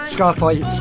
Scarface